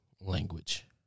language